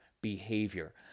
behavior